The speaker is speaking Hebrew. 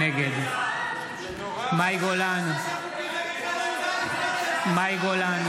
נגד --- זהו, סליחה, הדקה נגמרה.